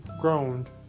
groaned